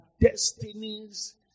destinies